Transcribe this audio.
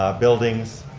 um buildings,